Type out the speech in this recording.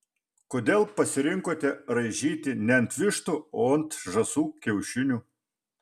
kodėl pasirinkote raižyti ne ant vištų o ant žąsų kiaušinių